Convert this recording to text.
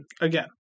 again